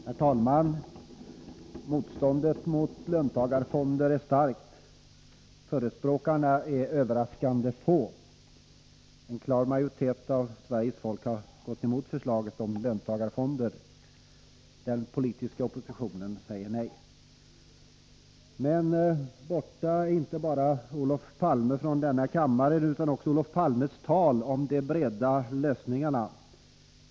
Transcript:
Herr talman! Motståndet mot löntagarfonder är starkt. Förespråkarna är överraskande få. En klar majoritet av Sveriges folk har gått emot förslaget om löntagarfonder. Den politiska oppositionen säger nej. Men borta är inte bara Olof Palme från denna kammare utan också hans tal om ”de breda lösningarna”.